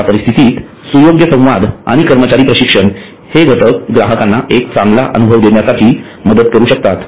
अश्या परिस्थितीत सुयोग्य संवाद आणि कर्मचारी प्रशिक्षण हे घटक ग्राहकांना एक चांगला अनुभव देण्यासाठी मदत करू शकतात